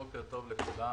בוקר טוב לכולם.